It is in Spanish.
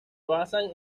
basan